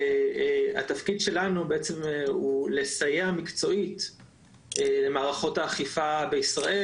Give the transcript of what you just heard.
והתפקיד שלנו בעצם הוא לסייע מקצועית למערכות האכיפה בישראל,